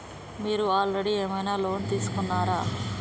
మీరు ఆల్రెడీ ఏమైనా లోన్ తీసుకున్నారా?